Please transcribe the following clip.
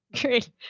Great